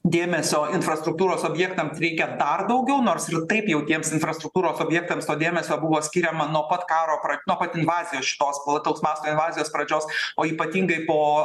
dėmesio infrastruktūros objektams reikia dar daugiau nors ir taip jau tiems infrastruktūros objektams to dėmesio buvo skiriama nuo pat karo pra nuo pat invazijos šitos plataus masto invazijos pradžios o ypatingai po